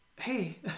hey